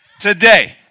today